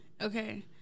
okay